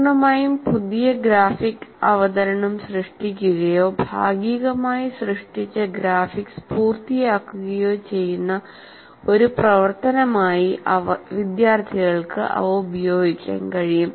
പൂർണ്ണമായും പുതിയ ഗ്രാഫിക് അവതരണം സൃഷ്ടിക്കുകയോ ഭാഗികമായി സൃഷ്ടിച്ച ഗ്രാഫിക്സ് പൂർത്തിയാക്കുകയോ ചെയ്യുന്ന ഒരു പ്രവർത്തനമായി വിദ്യാർത്ഥികൾക്ക് അവ ഉപയോഗിക്കാൻ കഴിയും